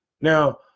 Now